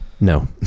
No